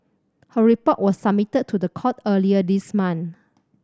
her report was submitted to the court earlier this month